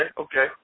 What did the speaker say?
okay